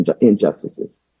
injustices